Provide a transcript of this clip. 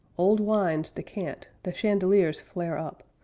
old wines decant, the chandeliers flare up,